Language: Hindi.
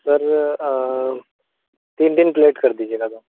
सर तीन तीन प्लेट कर दीजिएगा दोनों